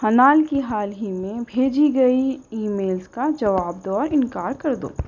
حنال کی حال ہی میں بھیجی گئی ای میلز کا جواب دو اور انکار کر دو